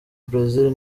brazil